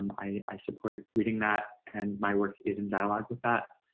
um i support reading that and my work is in dialogue with that.